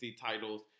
titles